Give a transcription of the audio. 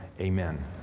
amen